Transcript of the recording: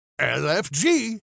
LFG